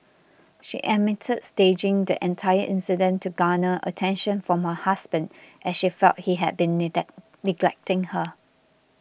she admitted staging the entire incident to garner attention from her husband as she felt he had been neglecting her